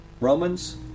Romans